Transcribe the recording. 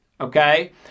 Okay